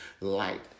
light